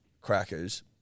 crackers